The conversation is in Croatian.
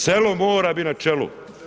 Selo mora bit na čelu.